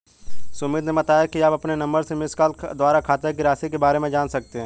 सुमित ने बताया कि आप अपने नंबर से मिसकॉल द्वारा खाते की राशि के बारे में जान सकते हैं